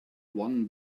one